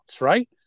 right